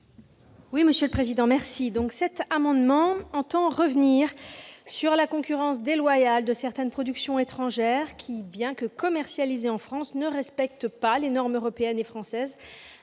est à Mme la rapporteur. Cet amendement tend à revenir sur la concurrence déloyale de certaines productions étrangères qui, bien que commercialisées en France, ne respectent pas les normes européennes et françaises